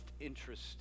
interest